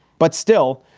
but still,